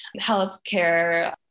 healthcare